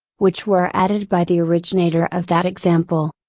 which were added by the originator of that example?